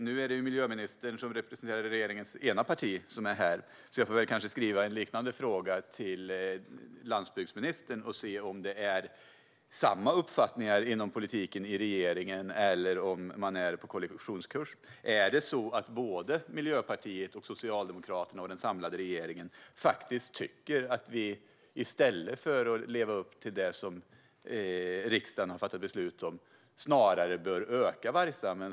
Nu är det miljöministern, som representerar regeringens ena parti, som är här. Jag får kanske skriva en liknande fråga till landsbygdsministern och se om det råder samma uppfattningar om politiken inom regeringen eller om man är på kollisionskurs. Är det så att Miljöpartiet, Socialdemokraterna och den samlade regeringen faktiskt tycker att vi i stället för att leva upp till det som riksdagen har fattat beslut om bör öka vargstammen?